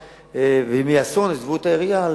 אם יהיה אסון יתבעו את העירייה,